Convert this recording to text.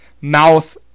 Mouth